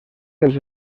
dels